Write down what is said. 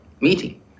meeting